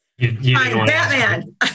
Batman